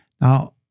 Now